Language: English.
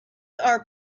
are